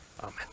amen